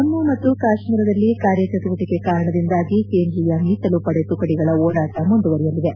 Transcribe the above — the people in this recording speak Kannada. ಜಮ್ಮು ಮತ್ತು ಕಾಶ್ಮೀರದಲ್ಲಿ ಕಾರ್ಯಚಟುವಟಿಕೆ ಕಾರಣದಿಂದಾಗಿ ಕೇಂದ್ರೀಯ ಮೀಸಲು ಪಡೆ ತುಕಡಿಗಳ ಓಡಾಟ ಮುಂದುವರೆಯಲಿದೆ